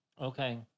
okay